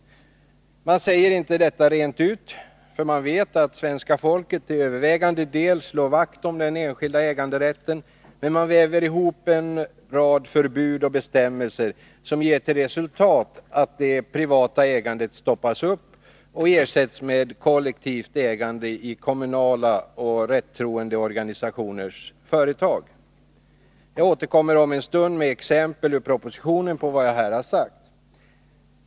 Man säger inte detta rent ut, för man vet att svenska folket till övervägande del slår vakt om den enskilda äganderätten, men man väver ihop en rad förbud och bestämmelser som ger till resultat att det privata ägandet ersätts med kollektivt ägande i kommunala och rättroende organisationers företag. Jag återkommer om en stund med exempel ur propositionen på vad jag här har sagt.